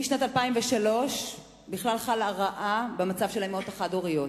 משנת 2003 בכלל חלה הרעה במצב האמהות החד-הוריות,